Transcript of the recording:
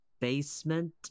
basement